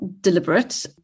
deliberate